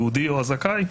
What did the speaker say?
היהודי או הזכאי,